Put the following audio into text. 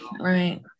right